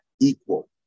equal